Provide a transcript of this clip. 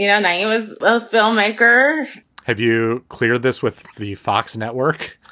you know, when i was a filmmaker have you cleared this with the fox network?